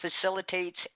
facilitates